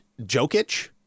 Jokic